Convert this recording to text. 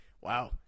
wow